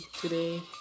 today